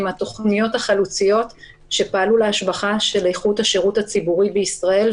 מהתכניות החלוציות שפעלו להשבחה של איכות השירות הציבורי בישראל,